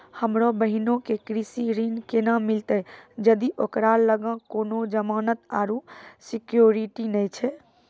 हमरो बहिनो के कृषि ऋण केना मिलतै जदि ओकरा लगां कोनो जमानत आरु सिक्योरिटी नै छै?